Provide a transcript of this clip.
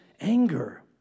anger